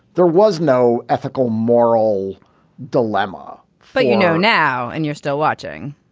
there was no ethical moral dilemma but you know now and you're still watching.